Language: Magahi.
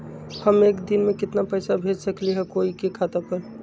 हम एक दिन में केतना पैसा भेज सकली ह कोई के खाता पर?